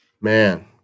Man